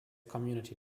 community